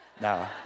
No